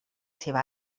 seva